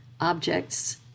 objects